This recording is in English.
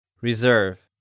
Reserve